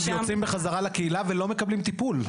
יוצאים בחזרה לקהילה ולא מקבלים טיפול.